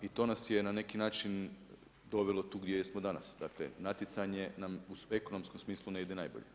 I to nas je na neki način dovelo tu gdje smo danas, dakle natjecanje nam u ekonomskom smislu ne ide najbolje.